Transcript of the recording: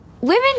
Women